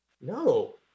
No